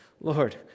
Lord